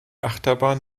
achterbahn